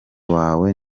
wawe